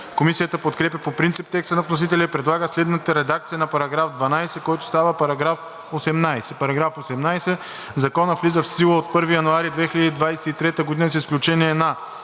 Комисията подкрепя по принцип текста на вносителя и предлага следната редакция на § 12, който става § 18: „§ 18. Законът влиза в сила от 1 януари 2023 г. с изключение на: